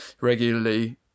regularly